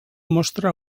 mostra